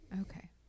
Okay